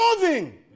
moving